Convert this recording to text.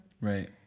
Right